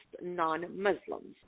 non-Muslims